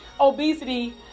obesity